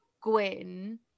Gwyn